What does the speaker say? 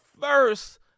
First